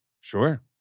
Sure